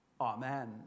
Amen